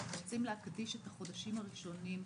אנחנו רוצים להקדיש את החודשים הראשונים,